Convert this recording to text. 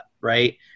Right